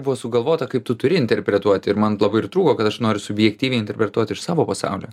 buvo sugalvota kaip tu turi interpretuoti ir man labai trūko kad aš noriu subjektyviai interpretuot iš savo pasaulio